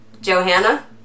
Johanna